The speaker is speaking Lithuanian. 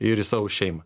ir į savo šeimą